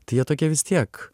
tai jie tokie vis tiek